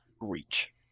reach